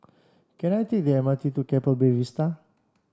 can I take the M R T to Keppel Bay Vista